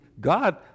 God